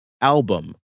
album